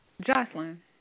Jocelyn